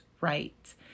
right